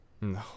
no